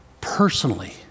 Personally